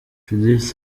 judith